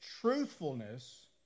truthfulness